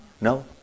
No